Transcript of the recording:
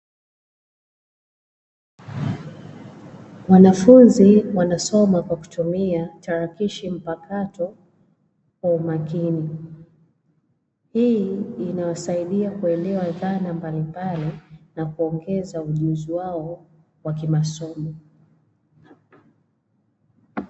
Wanafunzi wanasoma kwa kutumia tarakishi mpakato kwa umakini, hii inawasaidia kuelewa dhana mbalimbali na kuongeza ujuzi wao wa ki masomo.